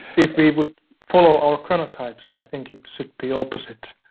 if we would follow our chronotypes, i think it should be opposite.